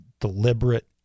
deliberate